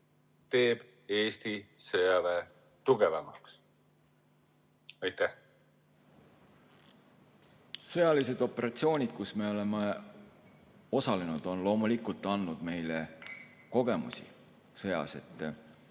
teeb Eesti sõjaväe tugevamaks? Sõjalised operatsioonid, milles me oleme osalenud, on loomulikult andnud meile sõjakogemusi.